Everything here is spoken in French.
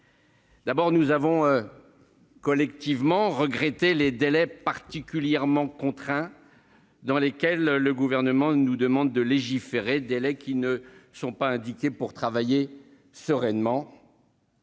D'abord, nous avons collectivement déploré les délais particulièrement contraints dans lesquels le Gouvernement nous demande de légiférer, qui ne sont pas indiqués pour travailler sereinement.